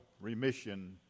remission